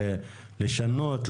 לשנות,